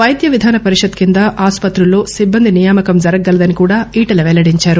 వైద్య విధాన పరిషత్ క్రింద ఆసుపత్రుల్లో సిబ్బంది నియామకం జరగగలదని కూడా ఈటెల పెల్లడించారు